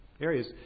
areas